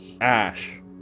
ash